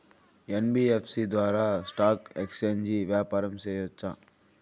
NBFC ద్వారా stock exchange వ్యాపారం సేయొచ్చా?